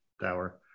tower